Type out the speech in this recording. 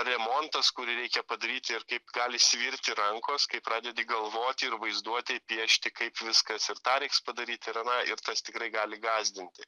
remontas kurį reikia padaryti ir kaip gali svirti rankos kai pradedi galvoti ir vaizduotėj piešti kaip viskas ir tą reiks padaryti ir aną ir tas tikrai gali gąsdinti